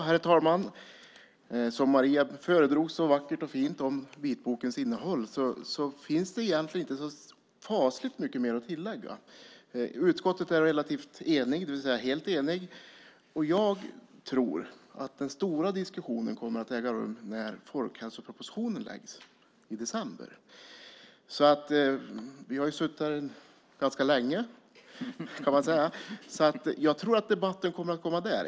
Herr talman! Eftersom Maria så vackert föredrog om vitbokens innehåll finns det egentligen inte så mycket mer att tillägga. Utskottet är helt enigt. Jag tror att den stora diskussionen kommer att äga rum när folkhälsopropositionen läggs fram i december. Vi har ju suttit här ganska länge nu så jag tror att debatten kommer att komma där.